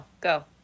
go